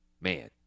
man